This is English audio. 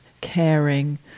caring